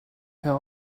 her